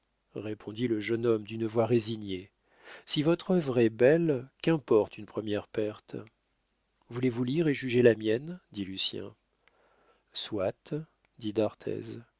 répondit le jeune homme d'une voix résignée si votre œuvre est belle qu'importe une première perte voulez-vous lire et juger la mienne dit lucien soit dit